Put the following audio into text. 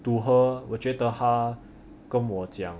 to her 我觉得他跟我讲